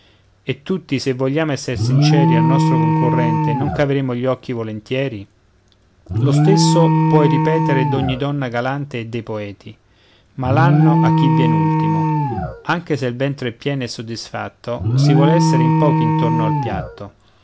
e tutti se vogliam esser sinceri al nostro concorrente non caveremmo gli occhi volentieri lo stesso puoi ripetere d'ogni donna galante e dei poeti malanno a chi vien ultimo anche se il ventre è pieno e soddisfatto si vuol essere in pochi intorno al piatto